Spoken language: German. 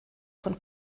von